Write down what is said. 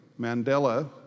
Mandela